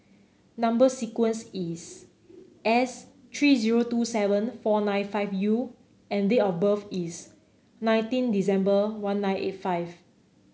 number sequence is S three zero two seven four nine five U and date of birth is nineteen December one nine eight five